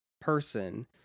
person